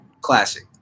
classic